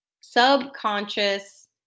subconscious